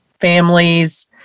families